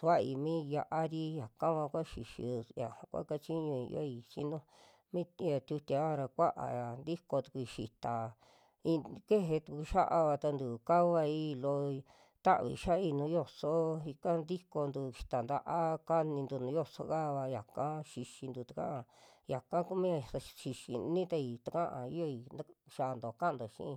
kuvai mi yia'ari yakava kua xixiyu, ñaja kua kachiñui yioi, xinu mi ya tiutia yaja ra kua'aya ntiko tukui xita i'in keje tuku xia'ava tantu kavai loo, tavi xia'ai nuju yoso ika tikontu xita nta'a kanintu nuu yoso kava yaka xixintu takaa, yaka kumia sa xixini tai takaa yioi ta xianto ka'anto xi'i.